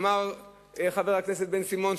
אמר חבר הכנסת בן-סימון,